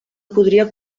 podria